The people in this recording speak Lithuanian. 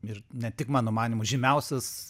ir ne tik mano manymu žymiausias